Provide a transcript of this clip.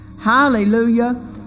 Hallelujah